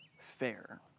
fair